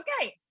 okay